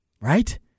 Right